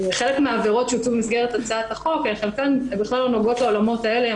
חלק מהעבירות שהוצעו במסגרת הצעת החוק בכלל לא נוגעות בעולמות האלה,